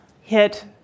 hit